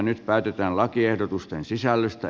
nyt päätetään lakiehdotusten sisällöstä